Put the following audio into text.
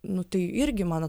nu tai irgi mano